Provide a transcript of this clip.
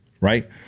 right